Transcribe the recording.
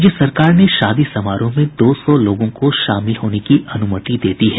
राज्य सरकार ने शादी समारोह में दो सौ लोगों को शामिल होने की अनुमति दे दी है